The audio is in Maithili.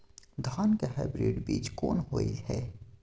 धान के हाइब्रिड बीज कोन होय है?